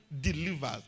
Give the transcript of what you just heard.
delivers